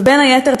ובין היתר,